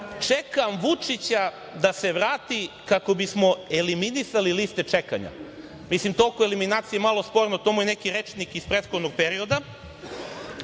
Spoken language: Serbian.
čekam Vučića da se vrati kako bismo eliminisali liste čekanja. To oko eliminacije je malo sporno, to mu je neki rečnik iz prethodnog perioda.